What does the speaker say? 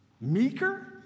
Meeker